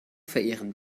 verehrten